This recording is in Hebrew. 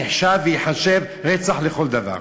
נחשב וייחשב רצח לכל דבר.